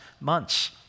months